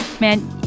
man